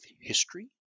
history